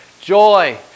joy